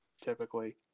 typically